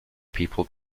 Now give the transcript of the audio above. people